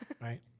Right